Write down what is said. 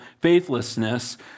faithlessness